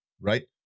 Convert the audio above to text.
right